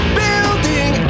building